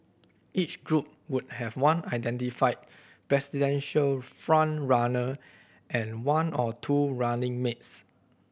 each group would have one identified presidential front runner and one or two running mates